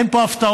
אין פה הפתעות.